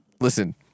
Listen